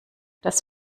das